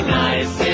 nice